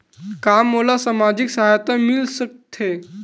का मोला सामाजिक सहायता मिल सकथे?